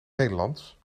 nederlands